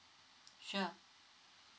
sure